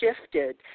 shifted